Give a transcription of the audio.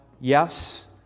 yes